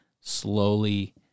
slowly